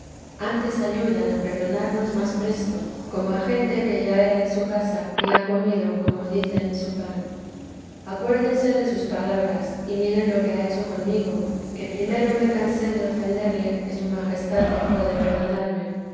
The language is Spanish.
antes ayudan a perdonarnos más presto como a gente que ya era de su casa y ha comido como dicen su pan acuérdense de sus palabras y miren lo que ha hecho conmigo que primero me cansé de ofenderle que su majestad dejó de perdonarme